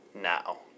now